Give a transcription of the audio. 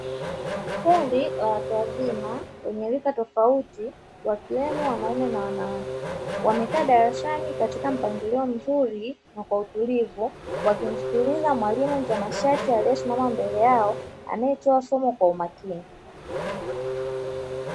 Kundi la watu wazima wenye rika tofauti wakiwemo wanaume kwa wanawake wameketi darasani, wakimsikiliza mwalimu mtanashati aliyesimama mbele yao anayetoa somo kwa umakini.